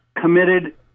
committed